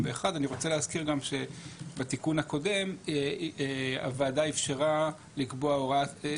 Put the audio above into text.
אני רוצה להזכיר גם שבתיקון הקודם הוועדה אפשרה לקבוע הוראת,